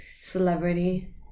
celebrity